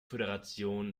föderation